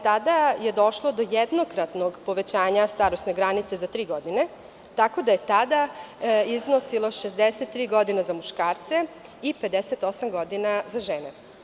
Tada je došlo do jednokratnog povećanja starosne granice za tri godine, tako da je tada iznosilo 63 godine za muškarce i 58 godina za žene.